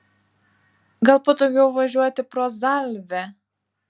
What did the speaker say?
gal patogiau važiuoti pro zalvę